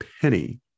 penny